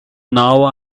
now